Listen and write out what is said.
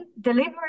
delivery